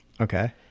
Okay